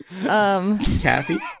Kathy